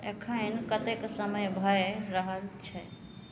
एखन कतेक समय भै रहल छै